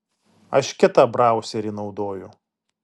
aš kitą brauserį naudoju